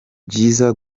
byiza